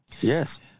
Yes